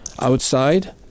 outside